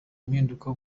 impinduka